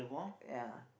ya